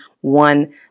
one